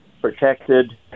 protected